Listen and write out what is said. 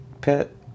pit